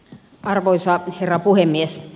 arvoisa herra puhemies